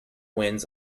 wins